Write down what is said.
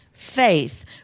faith